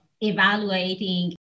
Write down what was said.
evaluating